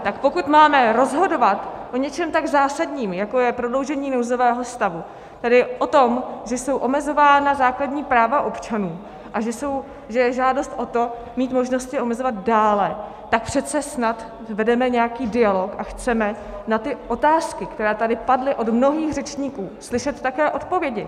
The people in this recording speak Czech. Tak pokud máme rozhodovat o něčem tak zásadním, jako je prodloužení nouzového stavu, tedy o tom, že jsou omezována základní práva občanů a že je žádost o to mít možnost je omezovat dále, tak přece snad vedeme nějaký dialog a chceme na ty otázky, které tady padly od mnohých řečníků, slyšet také odpovědi.